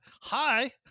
hi